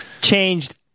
changed